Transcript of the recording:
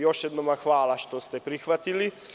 Još jednom hvala što ste prihvatili.